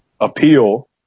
appeal